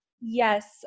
Yes